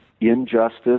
injustice